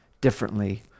differently